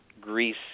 Greece